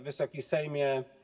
Wysoki Sejmie!